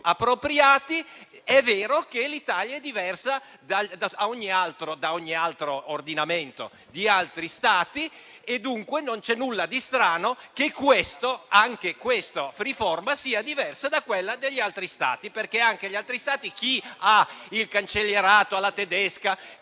appropriati. È vero che l'Italia è diversa da ogni altro ordinamento di altri Stati e dunque non c'è nulla di strano che anche questa riforma sia diversa da quella degli altri Stati, perché ad esempio con il cancellierato alla tedesca